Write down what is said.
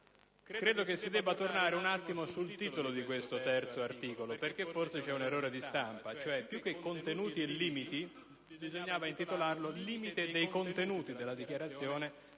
Credo si debba tornare sul titolo di questo terzo articolo, perché forse vi è un errore di stampa: più che contenuti e limiti bisognava intitolarlo: «Limite dei contenuti della dichiarazione